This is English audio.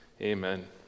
amen